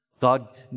God